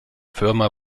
firma